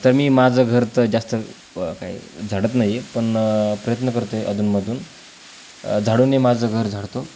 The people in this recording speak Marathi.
तर मी माझं घर तर जास्त काही झाडत नाही पण प्रयत्न करतो आहे अधूनमधून झाडूने माझं घर झाडतो